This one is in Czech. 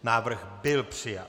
Návrh byl přijat.